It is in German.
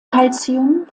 calcium